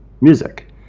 music